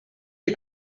les